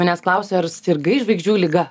manęs klausė ar sirgai žvaigždžių liga